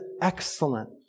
excellent